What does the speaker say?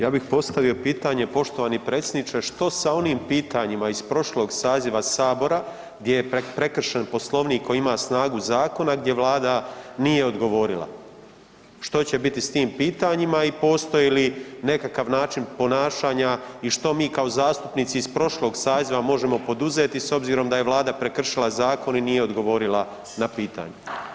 Ja bih postavio pitanje poštovani predsjedniče, što sa onim pitanjima iz prošlog saziva Sabora gdje je prekršen Poslovnik koji ima snagu zakona, gdje Vlada nije odgovorila, što će biti s tim pitanjima i postoji li nekakav način ponašanja i što mi kao zastupnici iz prošlog saziva možemo poduzeti s obzirom da je Vlada prekršila zakon i nije odgovorila na pitanje.